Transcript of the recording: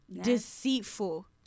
deceitful